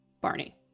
Barney